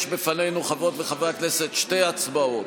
יש לפנינו, חברות וחברי הכנסת, שתי הצבעות.